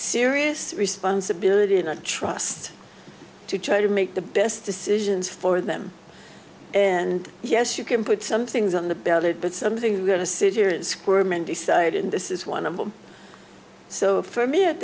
serious responsibility and trust to try to make the best decisions for them and yes you can put some things on the ballot but something is going to sit here and squirm and decide and this is one of them so for me at